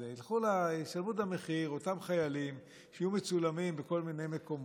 ישלמו את המחיר אותם חיילים שיהיו מצולמים בכל מיני מקומות,